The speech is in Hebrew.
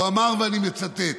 הוא אמר, ואני מצטט: